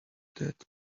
that